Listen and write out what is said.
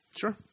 Sure